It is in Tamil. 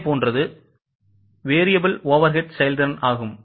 இதேபோன்றது variable overhead செயல்திறன் ஆகும்